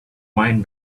mind